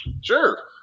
sure